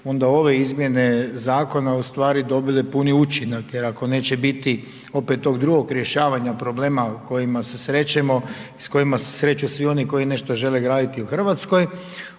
onda ove izmjene zakona ustvari dobile puni učinak. Jer ako neće biti opet tog drugog rješavanja problema s kojima se srećemo i s kojima se sreću svi oni koji nešto žele graditi u Hrvatskoj,